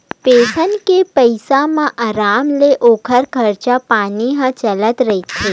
pension के पइसा म अराम ले ओखर खरचा पानी ह चलत रहिथे